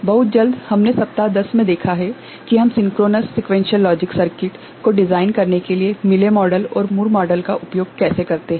बहुत जल्दी हमने सप्ताह 10 में देखा है कि हम सिंक्रोनस सीक्वेंशियल लॉजिक सर्किट को डिजाइन करने के लिए मिले मॉडल और मूर मॉडल का उपयोग कैसे करते हैं